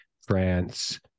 France